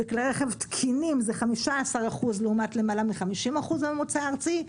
כלי רכב תקינים זה 15% לעומת למעלה מ-50% הממוצע הארצי,